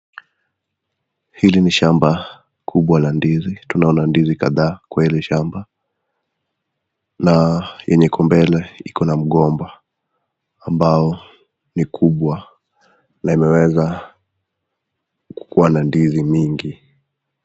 Hili ni shamba kubwa la ndizi, tunaona ndizi kadhaa kwa hili shamba, na yenye iko mbele iko na mgomba ambao ni kubwa na imeweza kuwa na ndizi mingi.